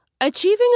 Achieving